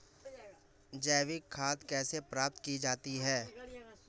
जैविक खाद कैसे प्राप्त की जाती है?